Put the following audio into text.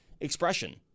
expression